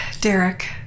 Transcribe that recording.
Derek